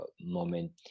moment